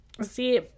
See